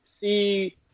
see